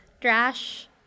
Trash